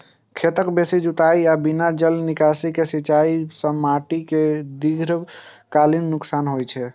खेतक बेसी जुताइ आ बिना जल निकासी के सिंचाइ सं माटि कें दीर्घकालीन नुकसान होइ छै